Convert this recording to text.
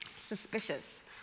suspicious